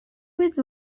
with